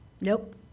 Nope